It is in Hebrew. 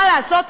מה לעשות,